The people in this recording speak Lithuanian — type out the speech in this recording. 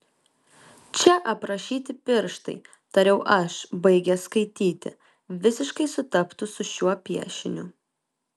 čia aprašyti pirštai tariau aš baigęs skaityti visiškai sutaptų su šiuo piešiniu